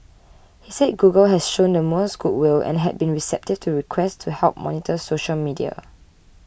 he said Google has shown the most good will and had been receptive to requests to help monitor social media